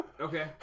Okay